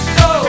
go